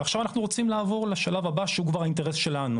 ועכשיו אנחנו רוצים לעבור לשלב הבא שהוא כבר אינטרס שלנו,